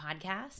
Podcast